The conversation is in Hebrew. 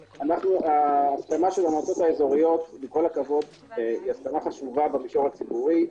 ההסכמה של המועצות האזוריות היא חשובה בהקשר הציבורי.